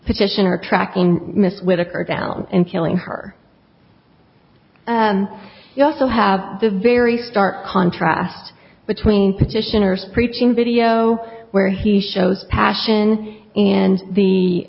or tracking mrs whittaker down and killing her and you also have the very stark contrast between petitioners preaching video where he shows passion in the